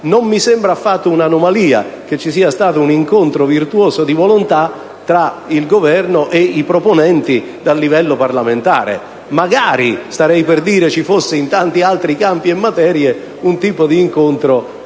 Non mi sembra affatto un'anomalia che ci sia stato l'incontro virtuoso di volontà tra il Governo e i proponenti di livello parlamentare. Magari - starei per dire - ci fosse in tanti altri campi e in altre materie un tipo di incontro